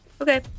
Okay